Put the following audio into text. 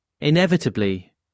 Inevitably